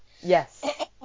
Yes